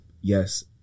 yes